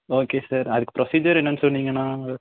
okay sir அதுக்குப் procedure என்னென்னு சொன்னீங்கன்னால்